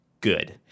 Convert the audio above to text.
good